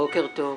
בוקר טוב.